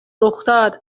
رخداد